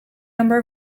number